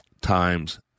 times